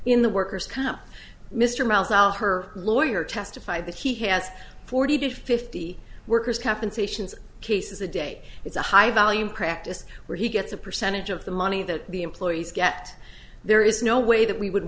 in the worker's comp mr miles out her lawyer testified that he has forty to fifty workers compensations cases a day it's a high volume practice where he gets a percentage of the money that the employees get there is no way that we would